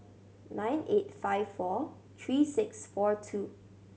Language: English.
nine eight five four three six four two